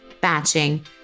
batching